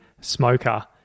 smoker